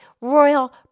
royal